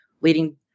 leading